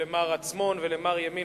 למר עצמון ולמר ימין,